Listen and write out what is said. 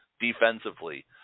defensively